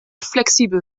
flexibel